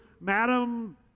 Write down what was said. Madam